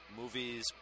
movies